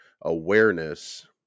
awareness